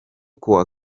kuwa